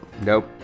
Nope